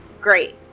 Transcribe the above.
Great